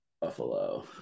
Buffalo